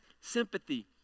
sympathy